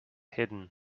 hidden